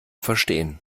verstehen